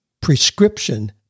prescription